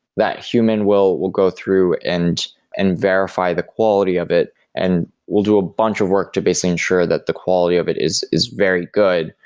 that human will will go through and and verify the quality of it and we'll do a bunch of work to basically ensure that the quality of it is is very good.